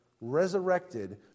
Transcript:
resurrected